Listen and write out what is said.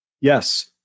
Yes